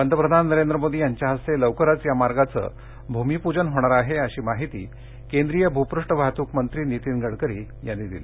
पंतप्रधान नरेंद्र मोदी यांच्या हस्ते लवकरच या मार्गाचं भूमिपूजन होणार आहे अशी माहिती केंद्रीय भूपृष्ठवाहतूक मंत्री नीतीन गडकरी यांनी दिली